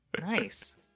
Nice